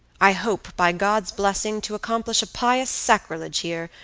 i hope, by god's blessing, to accomplish a pious sacrilege here,